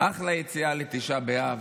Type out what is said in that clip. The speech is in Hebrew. אחלה יציאה לתשעה באב.